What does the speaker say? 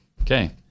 okay